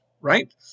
right